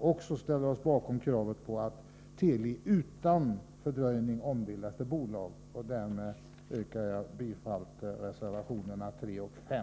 också ställer upp bakom kravet att Teli utan fördröjning skall ombildas till bolag. Därmed yrkar jag bifall till reservationerna 3 och 5.